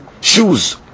shoes